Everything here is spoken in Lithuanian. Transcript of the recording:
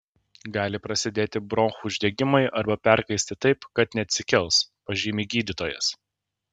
gali prasidėti bronchų uždegimai arba perkaisti taip kad neatsikels pažymi gydytojas